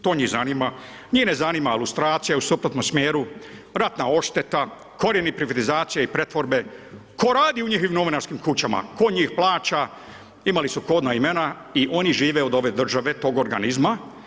To njih zanima, njih ne zanima lustracija u suprotnom smjeru, ratna odšteta, korijeni privatizacije i pretvorbe, tko radi u njihovim novinarskim kućama, tko njih plaća, imali su kodna imena i oni žive od ove države, tog organizma.